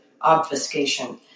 obfuscation